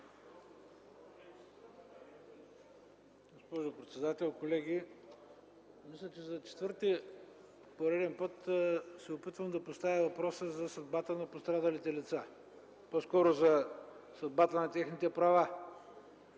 Госпожо председател, колеги! За четвърти пореден път се опитвам да поставя въпроса за съдбата на пострадалите лица, по-скоро за съдбата на техните права.